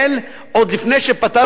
עוד לפני שפתרנו את הבעיות.